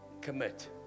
Commit